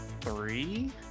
Three